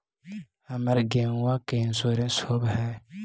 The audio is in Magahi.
हमर गेयो के इंश्योरेंस होव है?